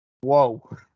whoa